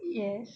yes